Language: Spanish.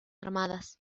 armadas